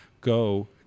go